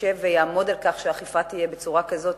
ויעמוד על כך שהאכיפה תהיה בצורה כזאת